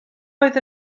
oedd